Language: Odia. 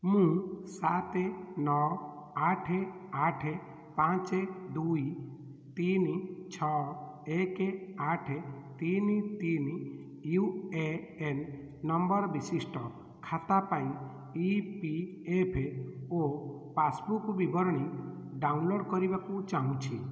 ମୁଁ ସାତ ନଅ ଆଠ ଆଠ ପାଞ୍ଚ ଦୁଇ ତିନି ଛଅ ଏକ ଆଠ ତିନି ତିନି ୟୁ ଏ ଏନ୍ ନମ୍ବର ବିଶିଷ୍ଟ ଖାତା ପାଇଁ E P F O passbook ବିବରଣୀ ଡ଼ାଉନଲୋଡ଼୍ କରିବାକୁ ଚାହୁଁଛି